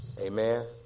Amen